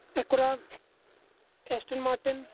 Acura aston martin